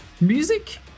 Music